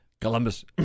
Columbus